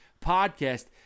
podcast